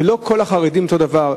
כי לא כל החרדים אותו הדבר,